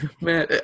Man